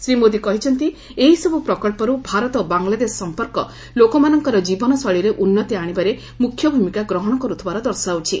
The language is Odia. ଶ୍ରୀ ମୋଦି କହିଛନ୍ତି ଏହିସବୁ ପ୍ରକ୍ସରୁ ଭାରତ ବାଙ୍ଗଲାଦେଶ ସମ୍ପର୍କ ଲୋକମାନଙ୍କର ଜୀବନଶୈଳୀରେ ଉନ୍ନତି ଆଣିବାରେ ମୁଖ୍ୟ ଭୂମିକା ଗ୍ରହଣ କରୁଥିବାର ଦର୍ଶାଉଛି